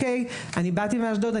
באתי מאשדוד,